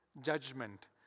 judgment